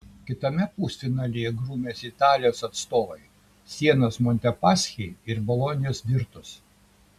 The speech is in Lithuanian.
kitame pusfinalyje grūmėsi italijos atstovai sienos montepaschi ir bolonijos virtus